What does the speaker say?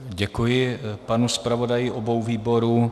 Děkuji panu zpravodaji obou výborů.